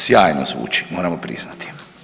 Sjajno zvuči, moramo priznati.